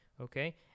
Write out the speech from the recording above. okay